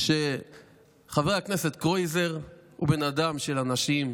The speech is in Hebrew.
שחבר הכנסת קרויזר הוא בן אדם של אנשים,